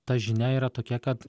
ta žinia yra tokia kad